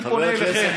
אני פונה אליכם.